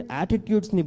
attitudes